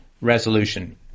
resolution